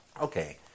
okay